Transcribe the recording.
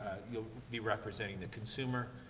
you'll be representing the consumer,